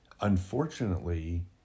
unfortunately